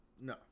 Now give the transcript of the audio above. No